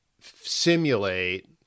simulate